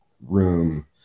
room